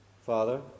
Father